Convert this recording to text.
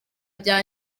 rya